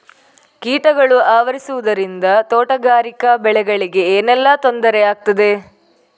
ಕೀಟಗಳು ಆವರಿಸುದರಿಂದ ತೋಟಗಾರಿಕಾ ಬೆಳೆಗಳಿಗೆ ಏನೆಲ್ಲಾ ತೊಂದರೆ ಆಗ್ತದೆ?